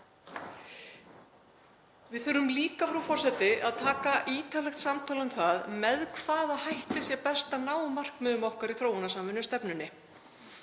Við þurfum líka, frú forseti, að taka ítarlegt samtal um það með hvaða hætti sé best að ná markmiðum okkar í þróunarsamvinnustefnunni